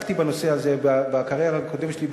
עסקתי בנושא הזה בקריירה הקודמת שלי,